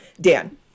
Dan